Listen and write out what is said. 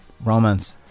Romance